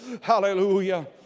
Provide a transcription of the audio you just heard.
Hallelujah